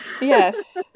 Yes